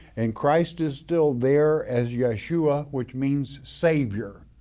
and christ is still there as yeshua which means savior.